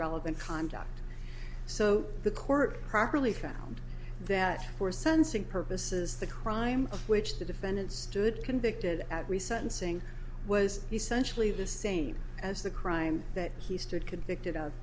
relevant conduct so the court properly found that for sensing purposes the crime of which the defendant stood convicted as we sensing was essentially the same as the crime that he stood convicted of